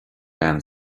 bean